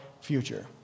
future